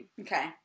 Okay